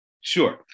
Sure